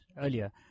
earlier